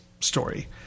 story